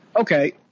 Okay